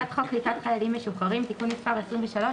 "הצעת חוק קליטת חיילים משוחררים (תיקון מס' 23,